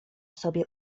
sobie